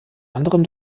anderem